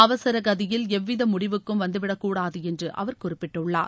அவசர கதியில் எவ்வித முடிவுக்கும் வந்துவிடக் கூடாது என்று அவர் குறிப்பிட்டுள்ளார்